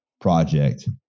project